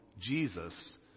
Jesus